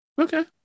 Okay